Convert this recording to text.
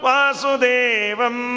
Vasudevam